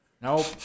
Nope